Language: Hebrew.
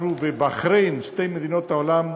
אנחנו ובחריין, שתי המדינות בעולם,